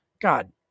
God